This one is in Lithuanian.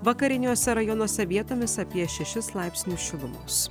vakariniuose rajonuose vietomis apie šešis laipsnius šilumos